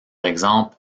exemple